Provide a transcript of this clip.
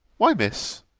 why, miss,